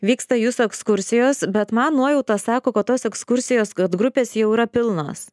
vyksta jūsų ekskursijos bet man nuojauta sako kad tos ekskursijos kad grupės jau yra pilnos